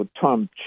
Tom